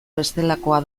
bestelakoa